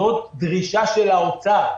זאת דרישה של האוצר.